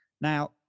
now